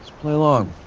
play along.